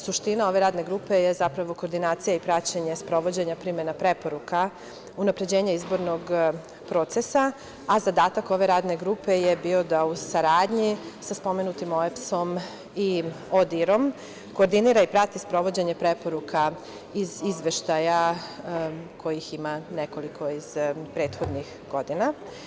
Suština ove Radne grupe je zapravo koordinacija i praćenje sprovođenja primena preporuka, unapređenje izbornog procesa, a zadatak ove Radne grupe je bio da u saradnji sa spomenutim OEBS-om i ODIR-om, koordinira i prati sprovođenje preporuka iz izveštaja kojih ima nekoliko iz prethodnih godina.